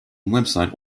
website